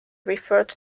referred